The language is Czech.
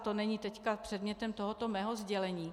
To není teď předmětem tohoto mého sdělení.